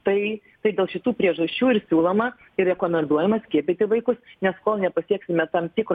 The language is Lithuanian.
tai tai dėl šitų priežasčių ir siūloma ir rekomenduojama skiepyti vaikus nes kol nepasieksime tam tikro